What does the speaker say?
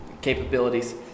capabilities